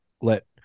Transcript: let